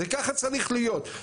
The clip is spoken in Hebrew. זה ככה צריך להיות.